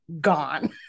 gone